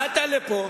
באת לפה,